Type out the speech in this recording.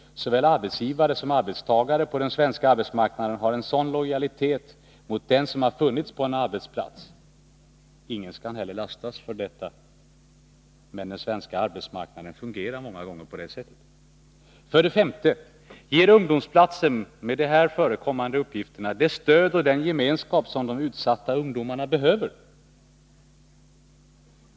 Såväl arbetsgivare som arbetstagare på den svenska arbetsmarknaden har en sådan lojalitet mot dem som har hunnit få en arbetsplats. Ingen skall heller lastas för detta, men den svenska arbetsmarknaden fungerar många gånger så. 5. Ger ungdomsplatsen med där förekommande uppgifter det stöd och den gemenskap som de utsatta ungdomarna behöver?